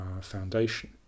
foundation